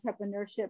entrepreneurship